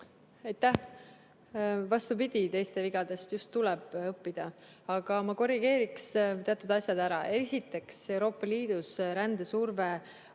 Aitäh! Vastupidi, teiste vigadest just tuleb õppida. Aga ma korrigeeriks teatud asjad ära. Esiteks, Euroopa Liidus on rändesurve